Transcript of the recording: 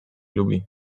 lubi